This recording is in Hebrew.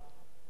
של עניין החוק.